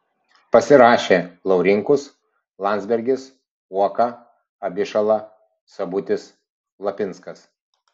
pasirašė laurinkus landsbergis uoka abišala sabutis lapinskas